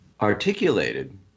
articulated